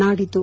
ನಾಡಿದ್ದು